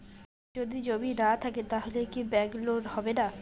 যদি জমি না থাকে তাহলে কি ব্যাংক লোন হবে না?